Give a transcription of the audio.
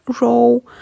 row